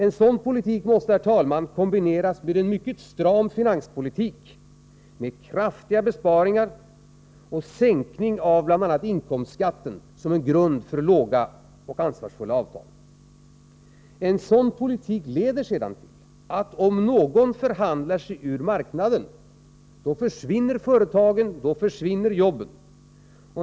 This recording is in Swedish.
En sådan politik måste kombineras med en mycket stram finanspolitik, med kraftiga besparingar och sänkningar av bl.a. inkomstskatten, som en grund för låga och ansvarsfulla avtal. En sådan politik leder sedan till, att om någon förhandlar sig ur marknaden, försvinner jobben.